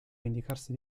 vendicarsi